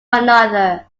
another